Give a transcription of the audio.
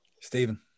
Stephen